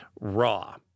raw